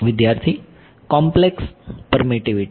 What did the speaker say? વિદ્યાર્થી complex permittivity